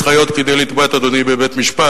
חיות" כדי לתבוע את אדוני בבית-משפט,